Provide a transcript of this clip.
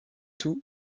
tout